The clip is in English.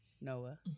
Noah